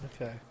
Okay